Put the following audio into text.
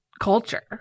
culture